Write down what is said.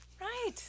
Right